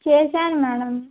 చేశాను మేడం